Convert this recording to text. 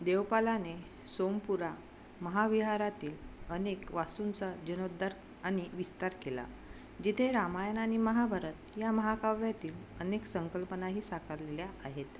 देवपालाने सोमपुरा महाविहारातील अनेक वास्तूंचा जीर्णोद्धार आणि विस्तार केला जिथे रामायण आणि महाभारत या महाकाव्यातील अनेक संकल्पनाही साकारलेल्या आहेत